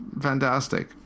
fantastic